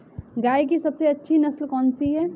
गाय की सबसे अच्छी नस्ल कौनसी है?